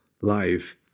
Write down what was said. life